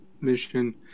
mission